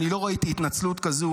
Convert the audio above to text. אני לא ראיתי התנצלות כזאת